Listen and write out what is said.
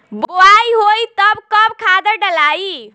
बोआई होई तब कब खादार डालाई?